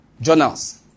journals